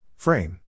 Frame